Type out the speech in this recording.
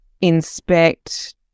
inspect